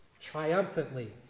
triumphantly